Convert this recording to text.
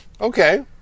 Okay